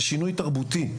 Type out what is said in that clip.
זה שינוי תרבותי,